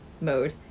mode